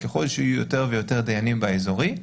ככל שיהיו יותר ויותר דיינים באזורי,